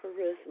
charisma